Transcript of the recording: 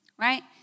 Right